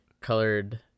colored